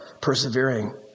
persevering